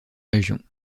région